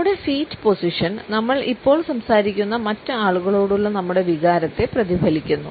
നമ്മുടെ ഫീറ്റ് നമ്മൾ ഇപ്പോൾ സംസാരിക്കുന്ന മറ്റ് ആളുകളോടുള്ള നമ്മുടെ വികാരത്തെ പ്രതിഫലിപ്പിക്കുന്നു